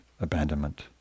abandonment